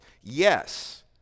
yes